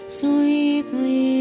sweetly